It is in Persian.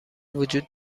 وجود